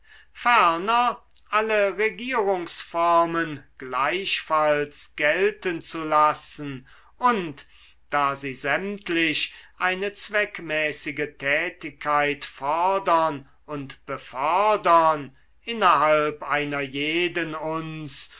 alle regierungsformen gleichfalls gelten zu lassen und da sie sämtlich eine zweckmäßige tätigkeit fordern und befördern innerhalb einer jeden uns